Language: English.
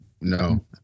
No